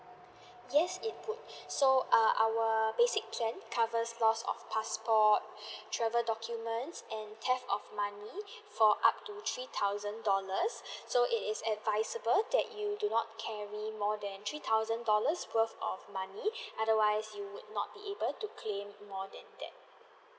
yes it would so err our basic plan covers lost of passport travel document and theft of money for up to three thousand dollars so it is advisable that you do not carry more than three thousand dollars worth of money otherwise you would not be able to claim more than that